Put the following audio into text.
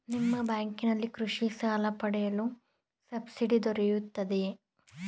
ನಿಮ್ಮ ಬ್ಯಾಂಕಿನಲ್ಲಿ ಕೃಷಿ ಸಾಲ ಪಡೆಯಲು ಸಬ್ಸಿಡಿ ದೊರೆಯುತ್ತದೆಯೇ?